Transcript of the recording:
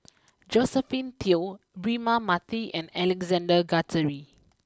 Josephine Teo Braema Mathi and Alexander Guthrie